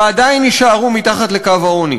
ועדיין יישארו מתחת לקו העוני.